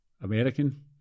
American